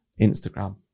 Instagram